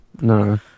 no